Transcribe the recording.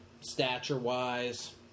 stature-wise